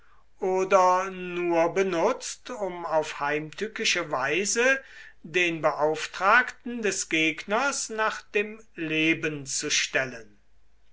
oder nur benutzt um auf heimtückische weise den beauftragten des gegners nach dem leben zu stellen